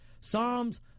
Psalms